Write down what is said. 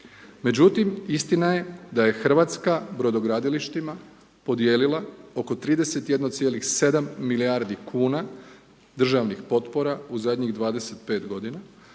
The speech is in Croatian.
Međutim, istina je da je Hrvatska brodogradilištima podijelila oko 31,7 milijardi kuna, državnih potpora u zadnjih 25 g. a